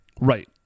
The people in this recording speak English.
Right